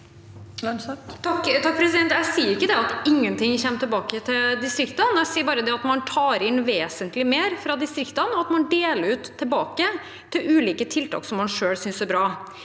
(H) Jeg sier ikke at ingenting kommer tilbake til distriktene, jeg sier bare at man tar inn vesentlig mer fra distriktene, og at man deler ut igjen til ulike tiltak som man selv synes er bra.